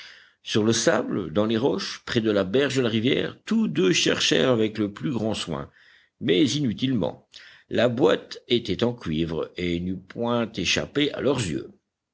sur le sable dans les roches près de la berge de la rivière tous deux cherchèrent avec le plus grand soin mais inutilement la boîte était en cuivre et n'eût point échappé à leurs yeux